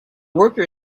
worker